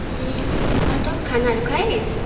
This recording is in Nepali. अन्त खानाहरू खाइस्